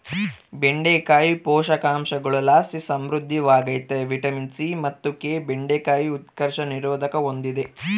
ಬೆಂಡೆಕಾಯಿ ಪೋಷಕಾಂಶಗುಳುಲಾಸಿ ಸಮೃದ್ಧವಾಗ್ಯತೆ ವಿಟಮಿನ್ ಸಿ ಮತ್ತು ಕೆ ಬೆಂಡೆಕಾಯಿ ಉತ್ಕರ್ಷಣ ನಿರೋಧಕ ಹೂಂದಿದೆ